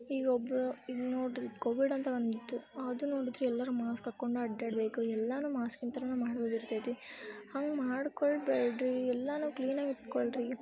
ಈಗ ಒಬ್ಬರು ಈಗ ನೋಡಿರಿ ಕೋವಿಡಂತ ಬಂದಿತ್ತು ಅದು ನೋಡಿದರೆ ಎಲ್ಲರೂ ಮಾಸ್ಕ್ ಹಾಕಿಕೊಂಡು ಅಡ್ಡಾಡಬೇಕು ಎಲ್ಲನೂ ಮಾಸ್ಕಿಂತನ ಮಾಡುವುದಿರ್ತೈತಿ ಹಂಗೆ ಮಾಡಿಕೊಳ್ಬೇಡ್ರೀ ಎಲ್ಲವನ್ನೂ ಕ್ಲೀನಾಗು ಇಟ್ಟುಕೊಳ್ರಿ